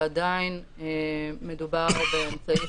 ועדיין מדובר באמצעי,